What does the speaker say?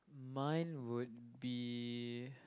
mine would be